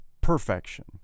perfection